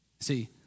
See